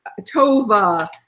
Tova